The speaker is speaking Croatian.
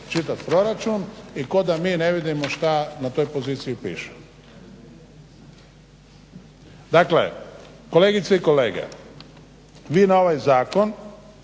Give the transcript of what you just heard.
čitat proračun i kao da mi ne vidimo šta na toj poziciji piše. Dakle kolegice i kolege, vi na ovaj zakon,